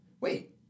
Wait